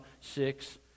six